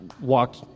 walked